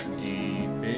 deep